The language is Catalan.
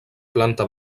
planta